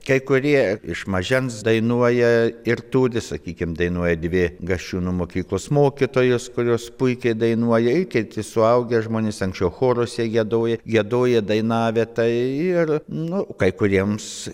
kai kurie iš mažens dainuoja ir turi sakykim dainuoja dvi gasčiūnų mokyklos mokytojos kurios puikiai dainuoja ir kiti suaugę žmonės anksčiau choruose giedoję giedoję dainavę tai ir nu kai kuriems